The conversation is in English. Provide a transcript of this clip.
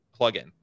plugin